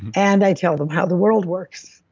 and i tell them how the world works.